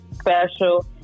special